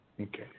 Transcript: Okay